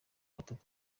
batatu